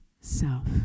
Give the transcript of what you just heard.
self